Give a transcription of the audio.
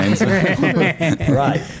Right